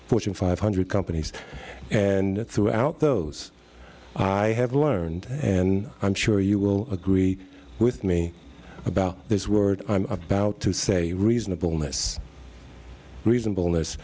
fortune five hundred companies and throughout those i have learned and i'm sure you will agree with me about this word i'm about to say reasonableness reasonable